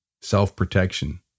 self-protection